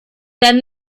then